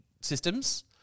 systems